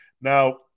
Now